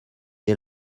des